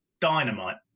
dynamite